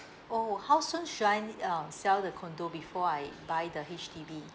oh how soon should I need um sell the condo before I buy the H_D_B